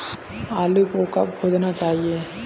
आलू को कब खोदना चाहिए?